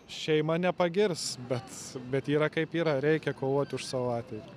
šeima nepagirs bet bet yra kaip yra reikia kovot už savo ateitį